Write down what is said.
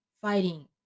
fighting